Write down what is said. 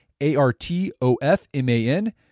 A-R-T-O-F-M-A-N